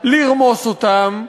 לרמוס אותם,